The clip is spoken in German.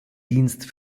dienst